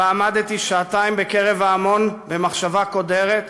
שבה עמדתי שעתיים בקרב ההמון במחשבה קודרת,